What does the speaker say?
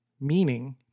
meaning